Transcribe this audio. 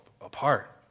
apart